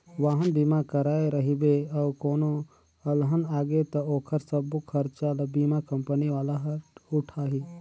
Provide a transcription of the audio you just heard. वाहन बीमा कराए रहिबे अउ कोनो अलहन आगे त ओखर सबो खरचा ल बीमा कंपनी वाला हर उठाही